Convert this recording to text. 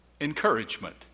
encouragement